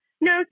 No